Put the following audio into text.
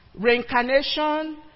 reincarnation